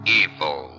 evil